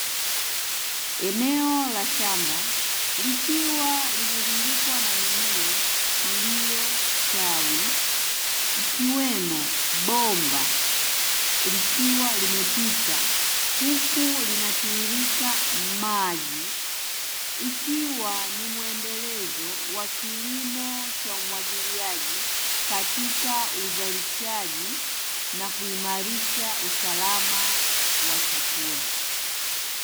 Eneo la shamba likiwa limezungukwa na mimea iliyostawi, ikiwemo bomba likiwa limepita huku linatiririka maji ikiwa ni muendelezo wa kilimo cha umwagiliaji katika uzalishaji na kuimarisha usalama wa chakula.